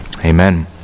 Amen